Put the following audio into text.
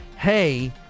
Hey